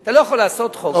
אתה לא יכול לעשות חוק,